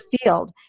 field